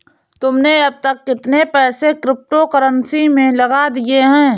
तुमने अब तक कितने पैसे क्रिप्टो कर्नसी में लगा दिए हैं?